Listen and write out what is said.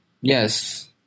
yes